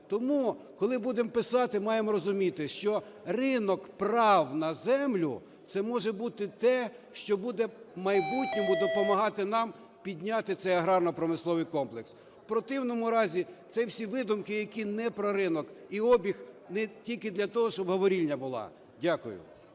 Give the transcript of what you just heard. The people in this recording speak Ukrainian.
Тому, коли будемо писати, маємо розуміти, що ринок прав на землю – це може бути те, що буде в майбутньому допомагати нам підняти цей аграрно-промисловий комплекс. В противному разі це всі видумки, які не про ринок, і обіг, не тільки для того, щоб говорильня була. Дякую.